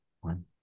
One